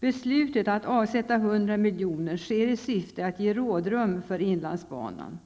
Beslutet att avsätta 100 milj.kr. sker i syfte att ge rådrum för inlandsbanan.